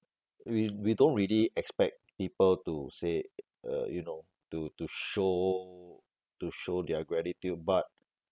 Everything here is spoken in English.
we we don't really expect people to say uh you know to to show to show their gratitude but